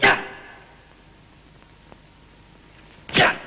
yeah yeah